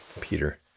Peter